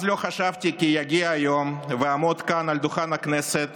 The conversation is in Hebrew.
אז לא חשבתי כי יגיע היום ואעמוד כאן על הדוכן כדי